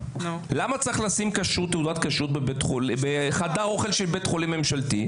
למה צריך לשים תעודת כשרות בחדר אוכל של בית חולים ממשלתי?